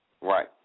Right